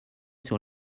sur